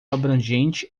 abrangente